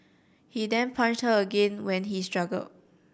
he then punched her again when he struggled